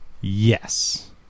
Yes